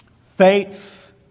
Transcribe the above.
Faith